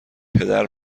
پدر